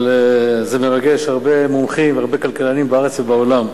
אבל זה מרגש הרבה מומחים והרבה כלכלנים בארץ ובעולם: